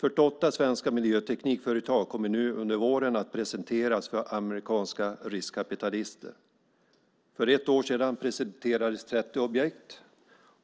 48 svenska miljöteknikföretag kommer nu under våren att presenteras för amerikanska riskkapitalister. För ett år sedan presenterades 30 objekt,